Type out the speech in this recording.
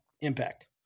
impact